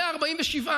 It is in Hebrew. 147,